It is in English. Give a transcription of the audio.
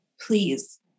please